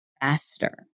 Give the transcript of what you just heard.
faster